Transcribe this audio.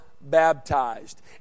baptized